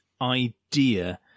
idea